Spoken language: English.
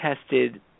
tested